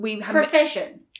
Profession